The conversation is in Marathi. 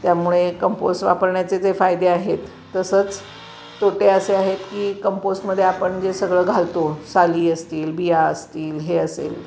त्यामुळे कंपोस्ट वापरण्याचे जे फायदे आहेत तसंच तोटे असे आहेत की कंपोस्टमध्ये आपण जे सगळं घालतो साली असतील बिया असतील हे असेल